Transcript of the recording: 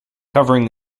covering